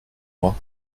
moi